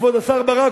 כבוד השר ברק,